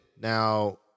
Now